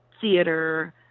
theater